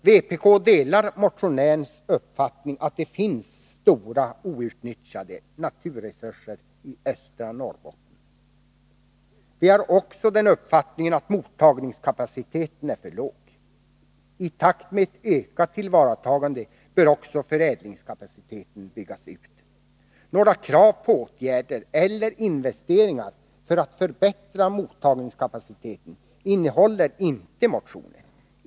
Vpk delar motionärens uppfattning att det finns stora outnyttjade naturresurser i östra Norrbotten. Vi har också den uppfattningen att mottagningskapaciteten är för låg. I takt med ett ökat tillvaratagande bör också förädlingskapaciteten byggas ut. Några krav på åtgärder eller investeringar för att förbättra mottagningskapaciteten innehåller inte motionen.